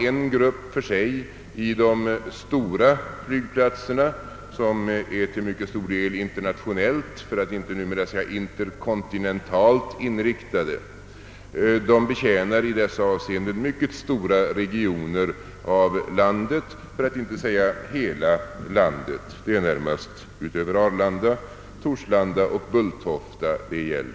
En grupp för sig är de stora flygplatserna, som till betydande del är internationellt — för att inte säga interkontinentalt — inriktade. De betjänar mycket stora regioner av landet, för att inte säga hela landet. Utöver Arlanda är det närmast Bulltofta och Torslanda som hör till denna grupp.